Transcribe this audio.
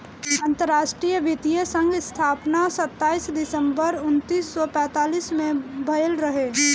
अंतरराष्ट्रीय वित्तीय संघ स्थापना सताईस दिसंबर उन्नीस सौ पैतालीस में भयल रहे